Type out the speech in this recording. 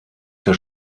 der